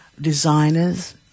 designers